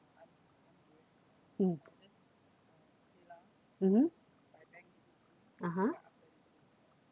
mm mmhmm ah ha